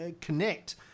connect